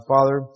Father